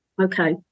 Okay